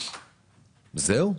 זהו?